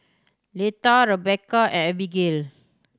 Leatha Rebecca and Abigayle